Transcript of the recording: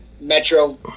metro